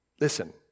listen